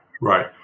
right